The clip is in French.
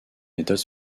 méthode